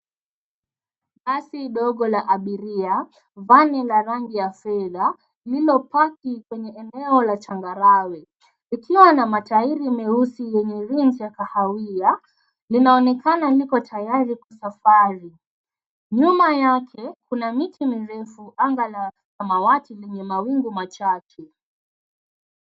Basi ndogo la abiria, lina rangi ya fedha, limesimama kwenye eneo la changarawi. Lina matairi meusi yenye rangi ya kahawia, na linaonekana liko tayari kusafiri. Nyuma yake, kuna miti minene angavu chini ya anga la buluu lenye mawingu machache.